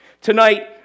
Tonight